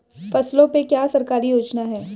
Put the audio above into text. फसलों पे क्या सरकारी योजना है?